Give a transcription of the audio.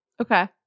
Okay